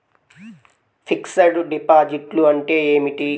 Fixed డిపాజిట్లు అంటే ఏమిటి?